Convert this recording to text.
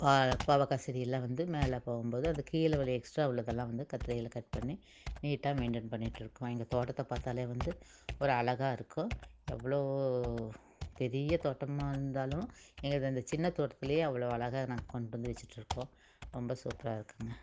பாவ பாவக்காய் செடியெல்லாம் வந்து மேலே போகும் போது அது கீழே உள்ள எக்ஸ்ட்ரா உள்ளதெல்லாம் வந்து கத்திரியால் கட் பண்ணி நீட்டாக மெயின்டைன் பண்ணிகிட்டு இருக்கோம் எங்கள் தோட்டத்தை பார்த்தாலே வந்து ஒரு அழகாக இருக்கும் எவ்வளவு பெரிய தோட்டமாக இருந்தாலும் எங்களுக்கு அந்த சின்ன தோட்டத்துலேயே அவ்வளோ அழகாக நாங்கள் கொண்டு வந்து வச்சுட்டு இருக்கோம் ரொம்ப சூப்பராக இருக்குதுங்க